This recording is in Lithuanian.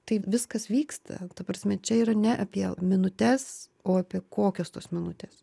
taip viskas vyksta ta prasme čia yra ne apie minutes o apie kokios tos minutės